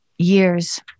years